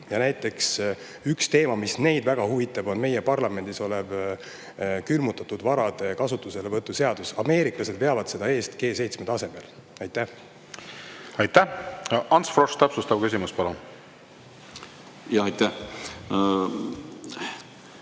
visiidil. Üks teema, mis neid väga huvitab, on meie parlamendis olev külmutatud varade kasutuselevõtu seaduse eelnõu. Ameeriklased veavad seda eest G7 tasemel. Aitäh! Ants Frosch, täpsustav küsimus, palun! Aitäh!